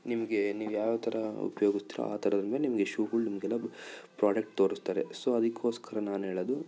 ನಿಮಗೆ ನೀವು ಯಾವ ಥರ ಉಪಯೋಗಿಸ್ತೀರಾ ಆ ಥರ ನಿಮಗೆ ಶೂಗಳು ನಿಮಗೆಲ್ಲಾ ಪ್ರಾಡಕ್ಟ್ ತೋರಿಸ್ತಾರೆ ಸೊ ಅದಕ್ಕೋಸ್ಕರ ನಾನು ಹೇಳದು